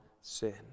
sin